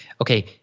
okay